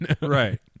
Right